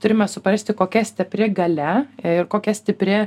turime suprasti kokia stipri galia ir kokia stipri